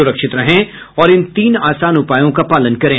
सुरक्षित रहें और इन तीन आसान उपायों का पालन करें